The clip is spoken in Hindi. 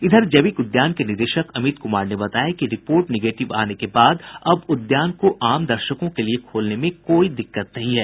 इधर जैविक उद्यान के निदेशक अमित कुमार ने बताया कि रिपोर्ट निगेटिव आने के बाद अब उद्यान को आम दर्शकों के लिए खोलने में कोई दिक्कत नहीं है